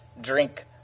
drink